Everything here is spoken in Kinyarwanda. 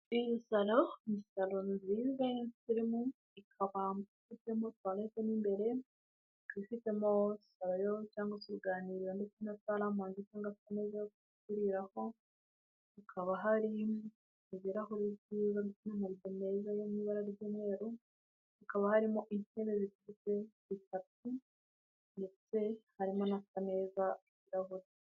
Iyi salon, ni salon nziza y'insirimu, ikaba ifitemo toilete mo imbere, ifitemo salon yo cyangwa se uruganiriro na salle a mange cyangwa imeza yo kuriraho, hakaba hari ibirahurii byiza bifite ama rido meza ari mu ibara ry'umweru, hakaba harimo intebe zifite itapi, ndetse harimo n'akameza k'ibirahuri.